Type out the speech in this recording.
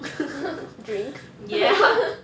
ya